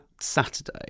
Saturday